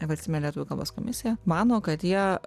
valstybinė lietuvių kalbos komisija mano kad jie